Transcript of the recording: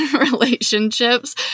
relationships